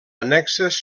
annexes